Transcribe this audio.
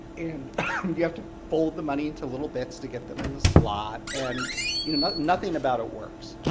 and you have to fold the money into little bits to get them in the slot. and you know nothing about it works.